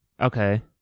Okay